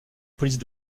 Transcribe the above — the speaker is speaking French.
police